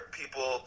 people